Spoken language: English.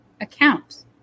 account